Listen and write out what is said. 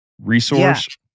resource